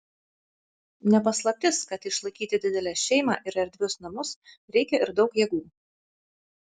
ne paslaptis kad išlaikyti didelę šeimą ir erdvius namus reikia ir daug jėgų